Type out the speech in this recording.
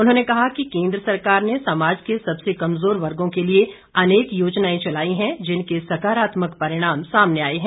उन्होंने कहा कि केन्द्र सरकार ने समाज के सबसे कमजोर वर्गो के लिए अनेक योजनाएं चलाई हैं जिनके सकारात्मक परिणाम सामने आए हैं